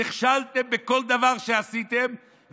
נכשלתם בכל דבר שעשיתם,